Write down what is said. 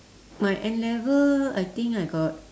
my N-level I think I got